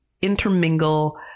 intermingle